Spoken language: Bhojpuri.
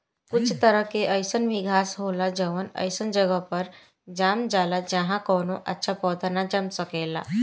कुछ तरह के अईसन भी घास होला जवन ओइसन जगह पर जाम जाला जाहा कवनो अच्छा पौधा ना जाम सकेला